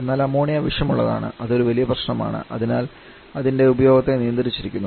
എന്നാൽ അമോണിയ വിഷമുള്ളതാണ് അതൊരു വലിയ പ്രശ്നമാണ്അതിനാൽ അതിൻറെ ഉപയോഗത്തെ നിയന്ത്രിച്ചിരിക്കുന്നു